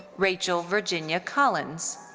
rachel virginia collins.